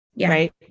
right